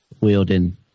wielding